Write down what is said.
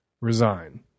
resign